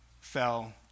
fell